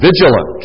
vigilant